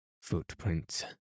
Footprints